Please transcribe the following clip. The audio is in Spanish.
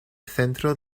centro